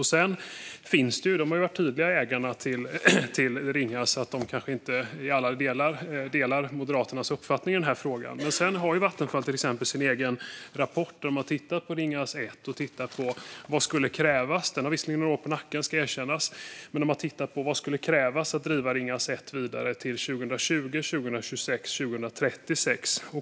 Ägarna av Ringhals har varit tydliga med att de kanske inte helt delar Moderaternas uppfattning i den här frågan, men sedan har ju Vattenfall sin egen rapport där de har tittat på Ringhals 1 och vad som skulle krävas. Rapporten har visserligen några år på nacken, ska erkännas, men de har tittat på vad som skulle krävas för att driva Ringhals 1 vidare till 2020, 2026 eller 2036.